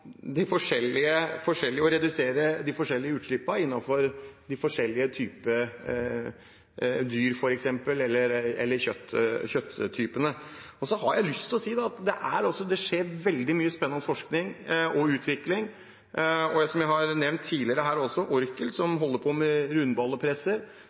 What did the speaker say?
å redusere de forskjellige utslippene innenfor forskjellige typer dyr eller typer kjøtt. Jeg har lyst til å si at det skjer veldig mye spennende forskning og utvikling. Jeg har tidligere nevnt Orkel, som